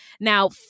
Now